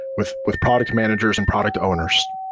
with with product managers and product owners.